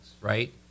right